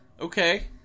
Okay